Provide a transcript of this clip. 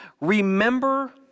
remember